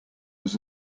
was